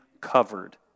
covered